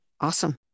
Awesome